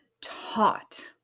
taught